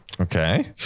Okay